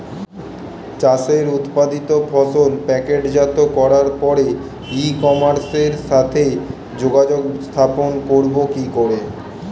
চাষের উৎপাদিত ফসল প্যাকেটজাত করার পরে ই কমার্সের সাথে যোগাযোগ স্থাপন করব কি করে?